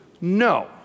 No